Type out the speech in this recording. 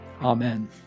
Amen